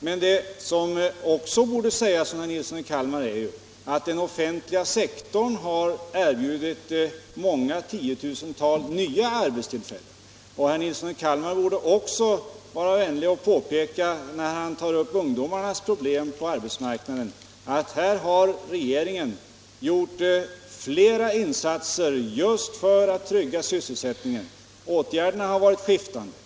Men vad herr Nilsson i Kalmar borde säga är att den offentliga sektorn har erbjudit tiotusentals nya arbetstillfällen. Herr Nilsson i Kalmar borde också vara vänlig och påpeka, när han tar upp ungdomarnas problem på arbetsmarknaden, att där har regeringen gjort flera insatser just för att trygga sysselsättningen. Åtgärderna har varit skiftande.